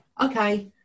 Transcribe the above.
Okay